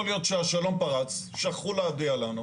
יכול להיות שהשלום פרץ, שכחו להודיע לנו.